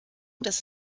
dass